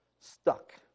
stuck